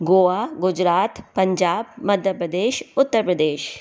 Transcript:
Goa Gujarat Punjab Madhya Pradesh Uttar Pradesh